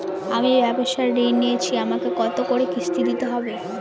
আমি ব্যবসার ঋণ নিয়েছি আমাকে কত করে কিস্তি দিতে হবে?